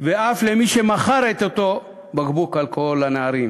ואף למי שמכר את אותו בקבוק אלכוהול לנערים.